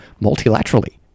multilaterally